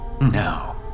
No